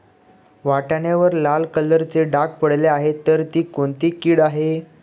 वाटाण्यावर लाल कलरचे डाग पडले आहे तर ती कोणती कीड आहे?